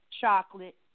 Chocolate